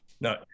No